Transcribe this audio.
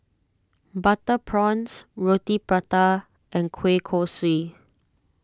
Butter Prawns Roti Prata and Kueh Kosui